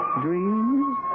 dreams